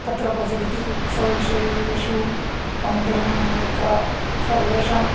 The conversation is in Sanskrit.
तत्र प्रचलति उत्सवविषयेषु अनन्तरं तत्र सर्वेषाम्